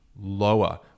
lower